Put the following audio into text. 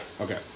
okay